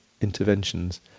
interventions